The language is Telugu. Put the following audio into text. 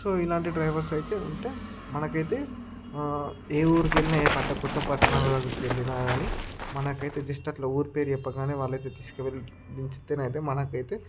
సో ఇలాంటి డ్రైవర్స్ అయితే ఉంటే మనకైతే ఏ ఊరికి వెళ్లిన ఏ పట్ట కొత్త పట్టణాలకు వెళ్లినా గాని మనకైతే జస్ట్ అట్లా ఊరి పేరు చెప్పగానే వాళ్ళయితే తీసుకు వెళ్ళి దించితే అయితే మనకైతే